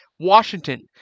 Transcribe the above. Washington